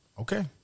Okay